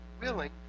willing